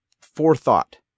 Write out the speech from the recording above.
forethought